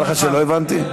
נראה לך שלא הבנתי?